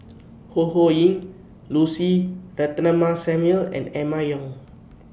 Ho Ho Ying Lucy Ratnammah Samuel and Emma Yong